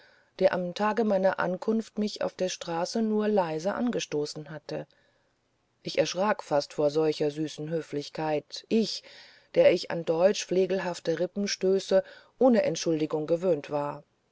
der am tage meiner ankunft mich auf der straße nur leise gestoßen hatte ich erschrak fast vor solcher süßen höflichkeit ich der ich an deutsch flegelhaften rippenstößen ohne entschuldigung gewöhnt war